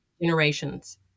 generations